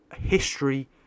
history